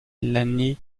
l’année